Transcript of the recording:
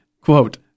quote